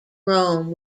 rome